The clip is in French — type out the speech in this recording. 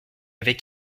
avait